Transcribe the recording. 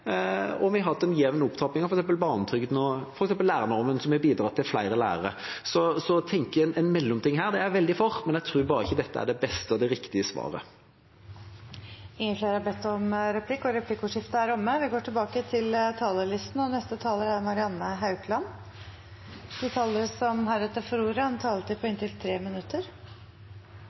Vi har hatt en jevn opptrapping av f.eks. barnetrygden, og lærernormen, som har bidratt til flere lærere. Så å tenke en mellomting her er jeg veldig for, men jeg tror bare ikke dette er det beste og det riktige svaret. Replikkordskiftet er omme. De talere som heretter får ordet, har også en taletid på inntil 3 minutter. Jeg mener at vi